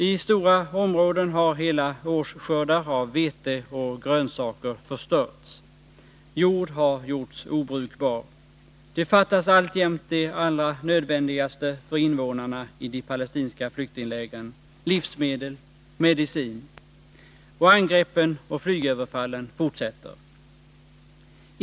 I stora områden har hela årsskördar av vete och grönsaker förstörts. Jord har gjorts obrukbar. Alltjämt fattas det allra nödvändigaste för invånarna i de palestinska flyktinglägren — livsmedel och medicin. Och angreppen och flygöverfallen fortsätter.